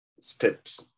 state